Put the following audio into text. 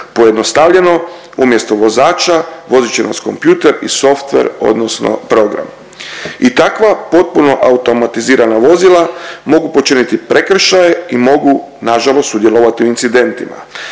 Pojednostavljeno umjesto vozača vozit će nas kompjuter i softver odnosno program. I takva potpuno automatizirana vozila mogu počiniti prekršaj i mogu nažalost sudjelovati u incidentima.